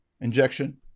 injection